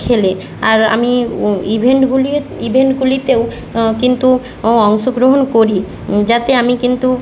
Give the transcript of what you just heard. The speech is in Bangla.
খেলে আর আমি ইভেন্টগুলির ইভেন্টগুলিতেও কিন্তু অংশগ্রহণ করি যাতে আমি কিন্তু